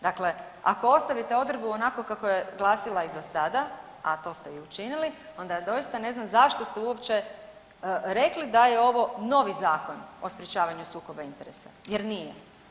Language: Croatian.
Dakle, ako ostavite odredbu onako kako je glasila i do sada, a to ste i učinili onda doista ne znam zašto ste uopće rekli da je ovo novi Zakon o sprječavanju sukoba interesa jer nije.